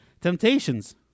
Temptations